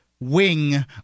wing